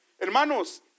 Hermanos